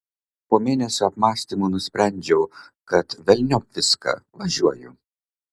po mėnesio apmąstymų nusprendžiau kad velniop viską važiuoju